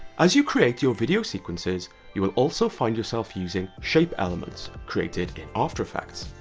as you create your video sequences you will also find yourself using shape elements created in after effects.